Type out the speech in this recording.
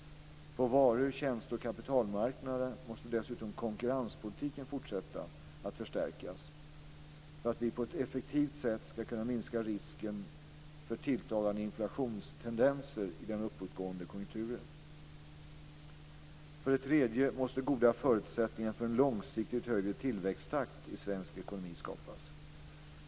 På varu-, tjänste och kapitalmarknaderna måste dessutom konkurrenspolitiken fortsätta att förstärkas för att vi på ett effektivt sätt ska kunna minska risken för tilltagande inflationstendenser i den uppåtgående konjunkturen. För det tredje måste goda förutsättningar för en långsiktigt högre tillväxttakt i svensk ekonomi skapas.